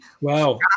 Wow